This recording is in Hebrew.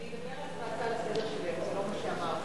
אדבר על זה בהצעה שלי לסדר-היום, זה לא מה שאמרתי.